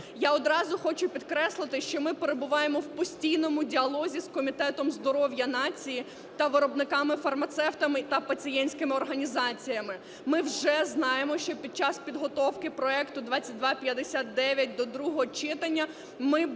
Я одразу хочу підкреслити, що ми перебуваємо в постійному діалозі з Комітетом здоров'я нації та виробниками-фармацевтами, та пацієнтськими організаціями. Ми вже знаємо, що під час підготовки проекту 2259 до другого читання ми будемо